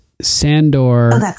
Sandor